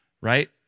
right